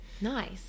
nice